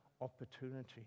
opportunity